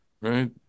right